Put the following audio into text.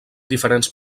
diferents